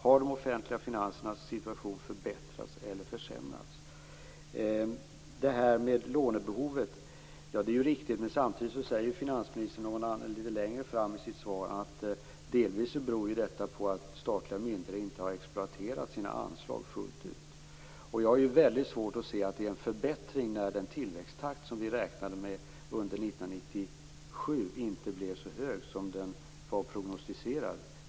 Har de offentliga finansernas situation förbättrats eller försämrats? Det som sades om lånebehovet är riktigt. Samtidigt sade finansministern litet längre fram i sitt svar att det delvis beror på att statliga myndigheter inte har exploaterat sina anslag fullt ut. Jag har väldigt svårt att se att det är en förbättring när den tillväxttakt som vi räknade med under 1997 inte blev så hög som den var prognostiserad att bli.